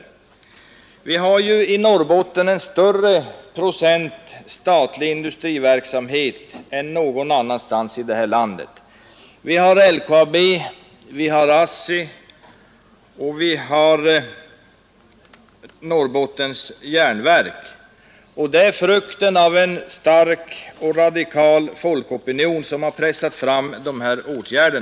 Vi har i Norrbotten en större procent statlig industriverksamhet än man har någon annanstans i det här landet. Vi har LKAB, vi har ASSI och vi har Norrbottens Järnverk; och de företagen är frukterna av en stark och radikal folkopinion, som har pressat fram olika åtgärder.